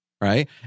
right